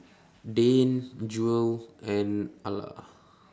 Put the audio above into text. Dane Jewel and Alla